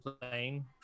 playing